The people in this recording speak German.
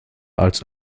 als